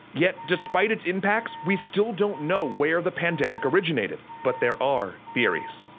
yet, despite its impacts, we still don't know where the pandemic originated, but there are theories!